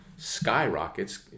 skyrockets